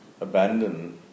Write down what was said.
abandon